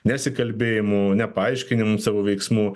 nesikalbėjimu nepaaiškinimu savo veiksmų